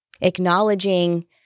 acknowledging